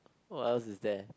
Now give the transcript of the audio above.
what else is that